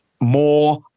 more